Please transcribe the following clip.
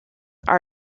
are